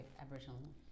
Aboriginal